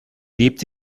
lebt